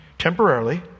temporarily